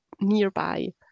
nearby